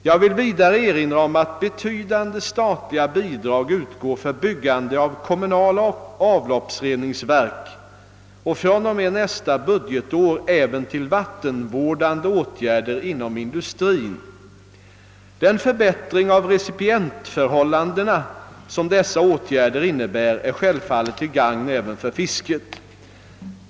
Jag vill vidare erinra om att betydande statliga bidrag utgår för byggande av kommunala <avloppsreningsverk och fr.o.m. nästa budgetår även till vattenvårdande åtgärder inom industrin. Den förbättring av recipientförhållandena som dessa åtgärder innebär är självfallet till gagn även för fisket.